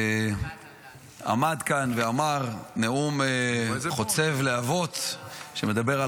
עמד כאן ואמר נאום חוצב להבות שמדבר על